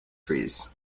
trees